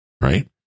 right